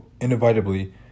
inevitably